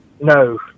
no